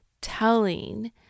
telling